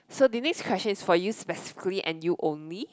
so the next question is for your specifically and you only